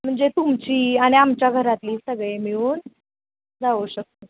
म्हणजे तुमची आणि आमच्या घरातली सगळे मिळून जाऊ शकतो